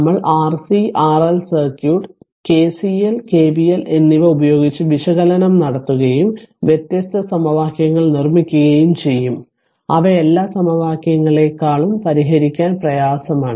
നമ്മൾ RC RL circuit KCL KVL എന്നിവ ഉപയോഗിച്ച് വിശകലനം നടത്തുകയും വ്യത്യസ്ത സമവാക്യങ്ങൾ നിർമ്മിക്കുകയും ചെയ്യും അവ എല്ലാ സമവാക്യങ്ങളേക്കാളും പരിഹരിക്കാൻ പ്രയാസമാണ്